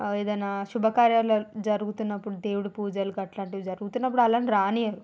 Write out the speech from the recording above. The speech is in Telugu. ఏదన్నా శుభకార్యాలు జరుగుతున్నప్పుడు దేవుడి పూజలు గట్లా అట్లాంటివి జరుగుతున్నప్పుడు వాళ్ళని రానివ్వరు